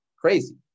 crazy